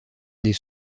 des